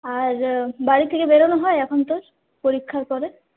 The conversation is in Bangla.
আর বাড়ি থেকে বেরোনো হয় এখন তোর পরীক্ষার পরে